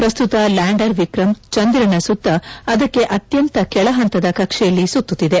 ಪ್ರಸ್ತುತ ಲ್ಕಾಂಡರ್ ವಿಕ್ರಂ ಚಂದಿರನ ಸುತ್ತ ಅದಕ್ಕೆ ಅತ್ಯಂತ ಕೆಳ ಪಂತದ ಕಕ್ಷೆಯಲ್ಲಿ ಸುತ್ತುತ್ತಿದೆ